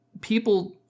people